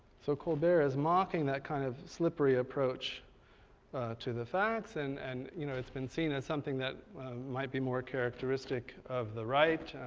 so colbert is mocking that kind of slippery approach to the facts and and you know it's been seen as something that might be more characteristic of the right.